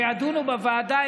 שידונו בוועדה,